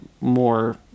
more